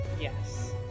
Yes